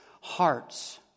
hearts